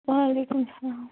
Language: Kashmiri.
وعلیکُم سلام